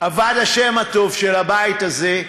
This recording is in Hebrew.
אבד השם הטוב של הבית הזה,